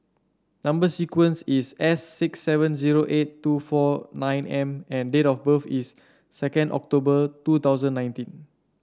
number sequence is S six seven zero eight two four nine M and date of birth is second October two thousand nineteen